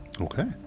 okay